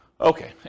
Okay